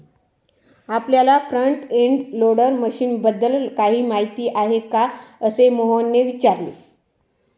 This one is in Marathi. आपल्याला फ्रंट एंड लोडर मशीनबद्दल काही माहिती आहे का, असे मोहनने विचारले?